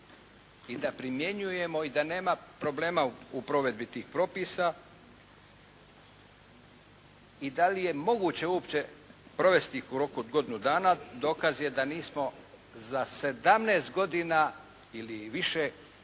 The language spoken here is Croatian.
i da primjenjujemo i da nema problema u provedbi tih propisa i da li je moguće uopće provesti ih u roku od godinu dana. Dokaz je da nismo za 17 godina ili više